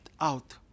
out